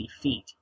feet